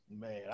Man